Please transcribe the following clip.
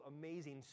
amazing